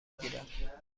گیرم